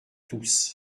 tous